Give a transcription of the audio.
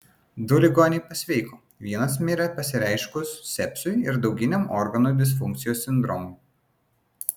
du ligoniai pasveiko vienas mirė pasireiškus sepsiui ir dauginiam organų disfunkcijos sindromui